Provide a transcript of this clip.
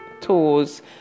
tours